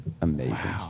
amazing